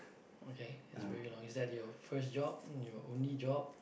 okay that's very long is that your first job your only job